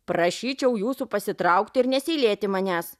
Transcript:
prašyčiau jūsų pasitraukti ir neseilėti manęs